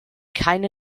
keine